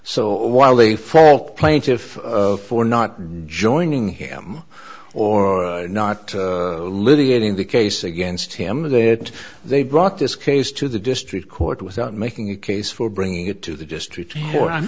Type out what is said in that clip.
so while they fall plaintiff for not joining him or not litigating the case against him or that they brought this case to the district court without making a case for bringing it to the district or